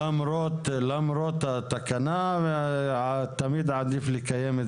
למרות התקנה, תמיד עדיף לקיים ישיבות